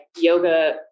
yoga